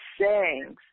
sayings